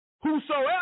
Whosoever